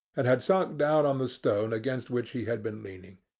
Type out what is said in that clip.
and had sunk down on the stone against which he had been leaning.